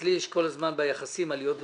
אצלי יש כל הזמן ביחסים עליות ומורדות,